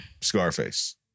Scarface